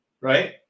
right